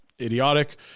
idiotic